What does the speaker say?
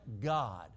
God